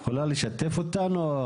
את יכולה לשתף אותנו?